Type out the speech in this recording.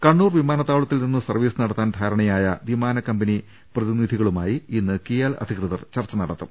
കണ്ണൂർ വിമാനത്താവളത്തിൽ നിന്ന് സർവ്വീസ് നടത്താൻ ധാര ണയായ വിമാനക്കമ്പനി പ്രതിനിധികളുമായി ഇന്ന് കിയാൽ അധികൃ തർ ചർച്ച നടത്തും